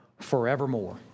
forevermore